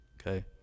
okay